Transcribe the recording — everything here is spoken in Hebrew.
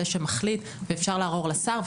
אפשר לערער לשר,